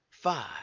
Five